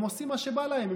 הם עושים מה שבא להם,